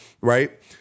right